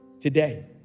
today